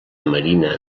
marina